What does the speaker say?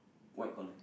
white collar